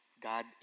God